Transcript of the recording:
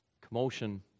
commotion